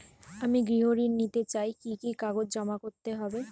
আমি গৃহ ঋণ নিতে চাই কি কি কাগজ জমা করতে হবে?